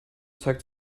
zeigt